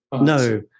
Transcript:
no